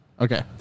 Okay